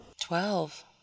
Twelve